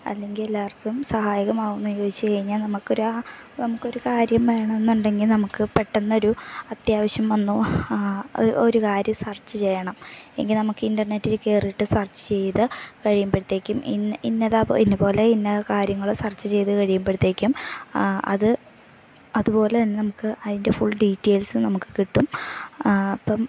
അല്ലെങ്കിൽ എല്ലാവർക്കും സഹായകമാവുമെന്ന് ചോദിച്ചു കഴിഞ്ഞാൽ നമുക്ക് ഒരു നമുക്ക് ഒരു കാര്യം വേണമെന്നുണ്ടെങ്കിൽ നമുക്ക് പെട്ടെന്ന് ഒരു അത്യാവശ്യം വന്നു ഒരു കാര്യം സർച്ച് ചെയ്യണം എങ്കിൽ നമുക്ക് ഇൻ്റർനെറ്റിൽ കയറിയിട്ട് സെർച്ചു ചെയ്തു കഴിയുമ്പോഴത്തേക്കും ഇന്നത് ആ ഇന്നത് പോലെ ഇന്ന കാര്യങ്ങൾ സെർച്ച് ചെയ്തു കഴിയുമ്പോഴത്തേക്കും അത് അതുപോലെ തന്നെ നമുക്ക് അതിൻ്റെ ഫുൾ ഡീറ്റെയിൽസ് നമുക്ക് കിട്ടും അപ്പം